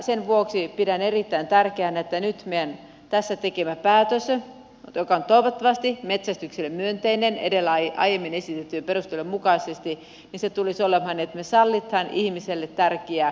sen vuoksi pidän erittäin tärkeänä että nyt tässä tekemämme päätös joka on toivottavasti metsästykselle myönteinen edellä aiemmin esitettyjen perustelujen mukaisesti tulisi olemaan se että me sallimme ihmiselle tärkeän metsästyksen